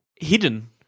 hidden